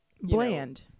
Bland